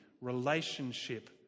relationship